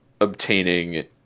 obtaining